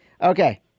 Okay